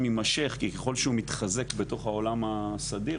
יימשך כי ככל שהוא מתחזק בתוך העולם הסדיר,